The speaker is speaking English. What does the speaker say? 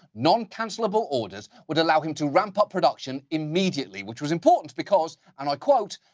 non-cancellable orders would allow him to ramp up production immediately. which was important, because, and i quote.